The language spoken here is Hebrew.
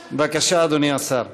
בבקשה, אדוני השר.